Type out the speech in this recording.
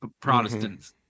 Protestants